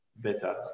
better